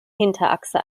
hinterachse